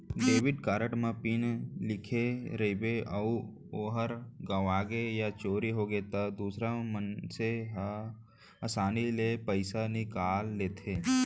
debit card म PIN लिखे रइबे अउ ओहर गँवागे या चोरी होगे त दूसर मनसे हर आसानी ले पइसा निकाल लेथें